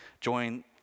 Join